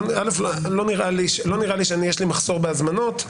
א', לא נראה לי שאני, יש לי מחסור בהזמנות.